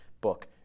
book